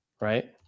Right